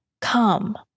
Come